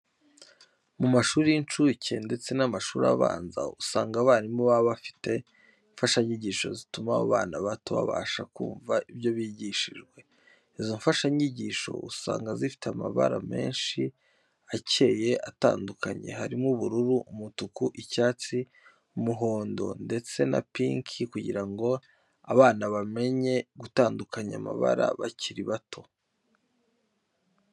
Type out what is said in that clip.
Mu mashuri y'incuke ndetse n'amashuri abanza, usanga abarimu baba bafite imfashanyigisho zituma abo bana bato babasha kumva ibyo bigishijwe. Izo mfashanyigisho, usanga zifite amabara menshi akeye atandukanye, harimo ubururu, umutuku, icyatsi, umuhondo, ndetse na pinki kugira ngo abana bamenye gutandukanya amabara bakiri bato.